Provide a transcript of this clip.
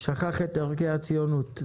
שכח את ערכי הציונות.